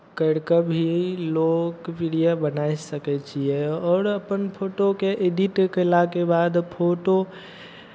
करि कऽ भी लोकप्रिय बनाय सकै छियै आओर अपन फोटोकेँ एडिट कयलाके बाद फोटो